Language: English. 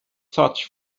such